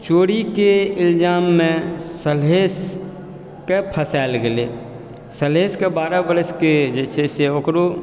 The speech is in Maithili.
चोरीके इल्जाममे सलहेशके फसाएल गेलै सलहेशके बारह बरसके जे छै से ओकरो